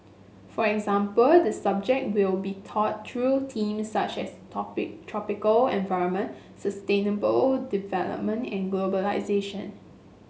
for example the subject will be taught through themes such as topic tropical environment sustainable development and globalisation